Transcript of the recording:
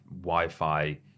wi-fi